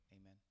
amen